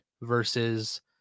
versus